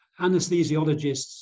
anesthesiologists